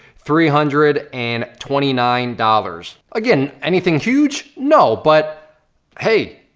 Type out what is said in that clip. three hundred and twenty nine dollars. again, anything huge? no, but hey,